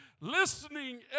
listening